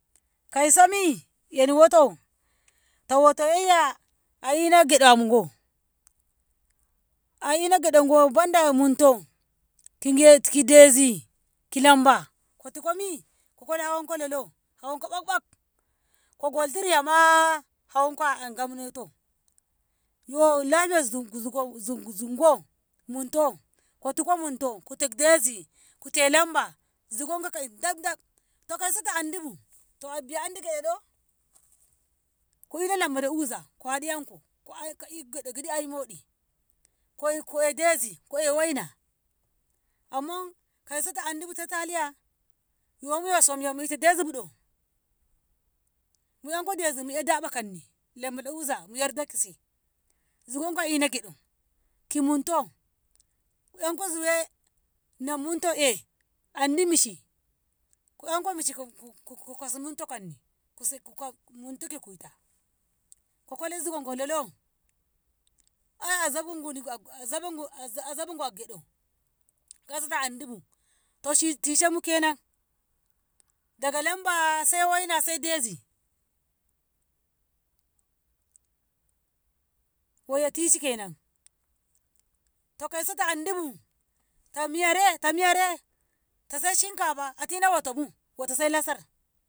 Kausomi e'ni woto, ta woto yoyi a ina geɗamu go a ina geɗau gobu banda munto ke ge- dezi, ki lamba ko tikomi ko kola hawonko lolo, hawonko bakbak ko gultu riyama hawonko a gamneto yo lafiya zu- zungon munto ko tuko munto kutet dezi kutet lamba zugonko ka'e naknak ta kauso ta andibu to biya andi ke'e do? ku ina lamba dauza ku hadi yanku koai- ka'igeɗɓ aimoɗi ko'e dezi ko e' waina amma kausota andibu sai taliaya yomu yosum mu ina dezibu do? mu 'yanko dezi mu'e daɓa kanni lambada uza muyarda kisi zigonko ina gyado, ki munto ku 'yanko zuwe namunto'e andi mishi ko 'yanko mishi ku- ku- kas munto kanni kuse- ku kof munti ki guita ko kola zugonko lolo? ai azaf- a zafi guni- a zafi go a gyadau kauso ta andibu to tishemmu kenan daga lamba saina waina sai dezi wayye tishi kenan to kauso ta andibu tamiyare tamiyare ta sai shinkafa a tina wotobu goto sai lasar.